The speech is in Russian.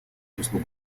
числу